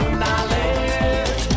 knowledge